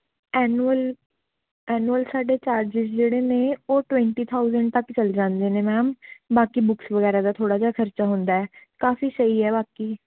annual annual ਸਾਡੇ charges ਜਿਹੜੇ ਨੇ ਉਹ ਟਵੰਟੀ ਥਾਊਜ਼ੈਂਡ ਤੱਕ ਚਲ ਜਾਂਦੇ ਨੇੇ ਮੈਮ ਬਾਕੀ ਬੁੱਕਸ ਵਗੈਰਾ ਦਾ ਥੋੜ੍ਹਾ ਜਿਹਾ ਖ਼ਰਚਾ ਹੁੰਦਾ ਹੈ ਕਾਫ਼ੀ ਸਹੀ ਹੈ ਬਾਕੀ